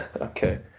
Okay